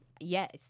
Yes